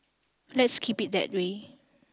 let's keep it that way